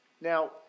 Now